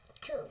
Two